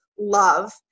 love